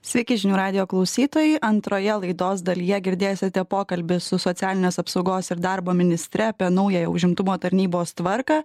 sveiki žinių radijo klausytojai antroje laidos dalyje girdėsite pokalbį su socialinės apsaugos ir darbo ministre apie naują užimtumo tarnybos tvarką